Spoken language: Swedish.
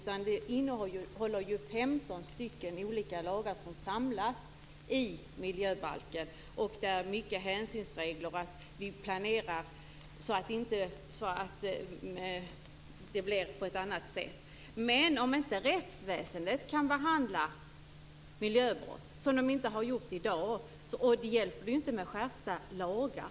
Det är 15 stycken olika lagar som samlas i miljöbalken, och där är många hänsynsregler för att vi skall planera så att det blir på ett annat sätt. Men om inte rättsväsendet kan behandla miljöbrott, som i dag, hjälper det inte med skärpta lagar.